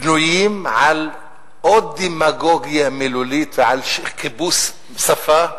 בנויים על עוד דמגוגיה מילולית ועל כיבוס שפה,